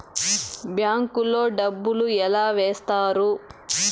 bank లో డబ్బులు ఎలా వేస్తారు